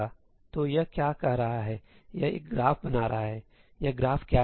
तो यह क्या कह रहा है यह एक ग्राफ बना रहा है यह ग्राफ क्या है